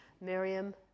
Miriam